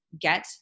get